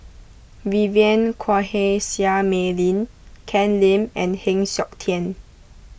Vivien Quahe Seah Mei Lin Ken Lim and Heng Siok Tian